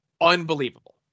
unbelievable